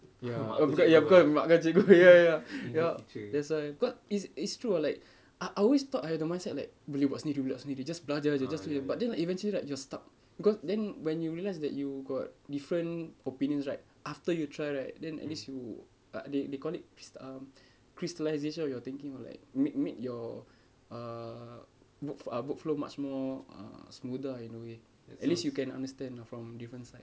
ya ya cause mak kau cikgu ya ya ya that's why cau~ it's it's true ah like I I always thought I had the mindset like boleh buat sendiri boleh buat sendiri just belajar jer just but then like eventually you're stuck bec~ then when you realise that you got different opinions right after you try right then at least you ah the~ they call it crys~ um crystallisation of your thinking like m~ make your uh wor~ ah word flow much more uh smoother ah in a way at least you can understand from different sides